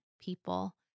people